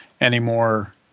anymore